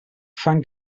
fan